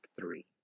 three